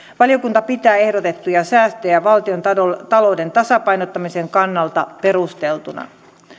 valiokunta pitää ehdotettuja säästöjä valtiontalouden tasapainottamisen kannalta perusteltuina